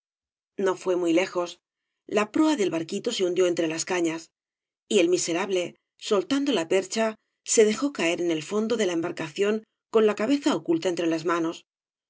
no fué muy lejos la proa del barquito se hundió entre las cañas y el miserable soltando la percha se dejó caer en el fondo de la embarcación con la cabeza oculta entre las manos